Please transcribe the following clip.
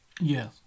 Yes